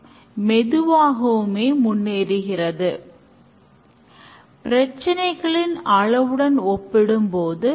அடுத்த பயிற்சி கேள்வி கைபேசி நிறுவனத்தால் அளிக்கப்பட்ட திட்டத்திற்கு எந்த லைப்சைக்கிள் மாடல் பொருத்தமானது